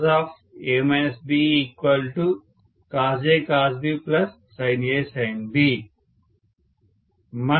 cos cosA cosB sinA sin B